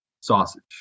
sausage